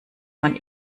man